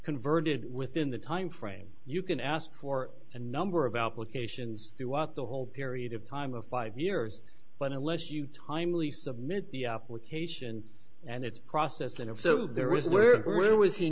converted within the time frame you can ask for a number of applications throughout the whole period of time of five years but unless you timely submit the application and it's process and if so there is where w